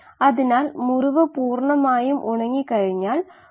നിങ്ങൾക്ക് ഇതിൻറെ ഉത്തരം കണ്ടെത്താമല്ലോ അല്ലേ